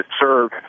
serve